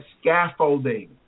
scaffolding